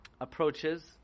approaches